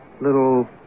little